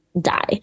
die